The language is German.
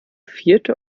vierte